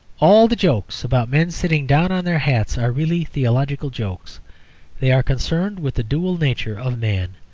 all the jokes about men sitting down on their hats are really theological jokes they are concerned with the dual nature of man.